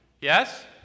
Yes